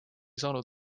saanud